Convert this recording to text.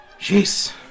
Jeez